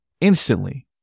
instantly